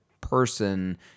person